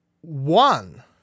one